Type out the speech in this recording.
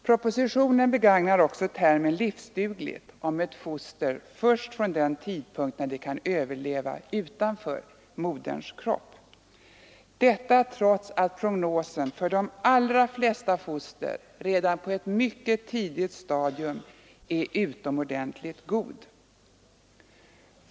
Propositionen begagnar också termen ”livsdugligt” om ett foster först från den tidpunkt när det kan överleva utanför moderns kropp, detta trots att prognosen för de allra flesta foster redan på ett mycket tidigt stadium är utomordentligt god.